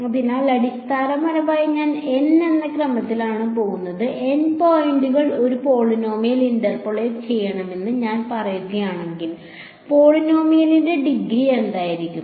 അതിനാൽ അടിസ്ഥാനപരമായി ഞാൻ N എന്ന ക്രമത്തിലേക്ക് പോകുമ്പോൾ N പോയിന്റുകളിൽ ഒരു പോളിനോമിയൽ ഇന്റർപോളേറ്റ് ചെയ്യണമെന്ന് ഞാൻ പറയുകയാണെങ്കിൽ പോളിനോമിയലിന്റെ ഡിഗ്രി എന്തായിരിക്കും